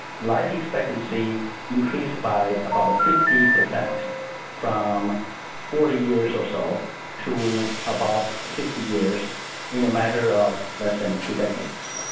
life expectancy increased by about fifty percent from forty years or so to about sixty years in a matter of less than two decades.